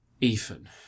Ethan